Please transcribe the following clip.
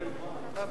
(מס'